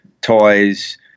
toys